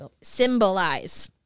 symbolize